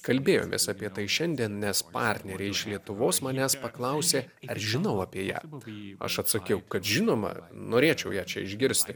kalbėjomės apie tai šiandien nes partneriai iš lietuvos manęs paklausė ar žinau apie ją aš atsakiau kad žinoma norėčiau ją čia išgirsti